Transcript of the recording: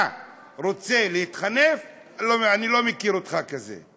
אתה רוצה להתחנף ?אני לא מכיר אותך כזה.